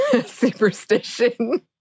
Superstition